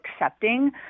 accepting